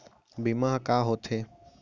बीमा ह का होथे?